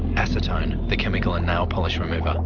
acetone, the chemical in nail polish remover,